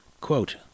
Quote